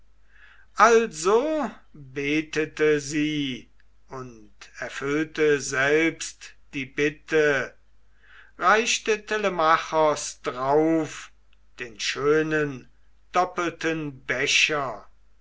also betete sie und erfüllte selber die bitte reichte telemachos drauf den schönen doppelten becher